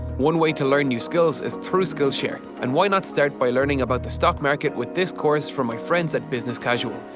one way to learn new skills is through skillshare, and why not start by learning about the stock market with this course from my friends at business casual,